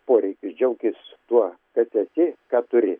poreikį džiaukis tuo kas esi ką turi